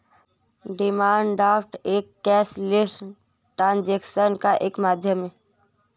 demand draft एक cashless transaction का एक माध्यम है